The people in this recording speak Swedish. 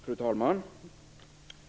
Fru talman!